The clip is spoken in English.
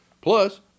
Plus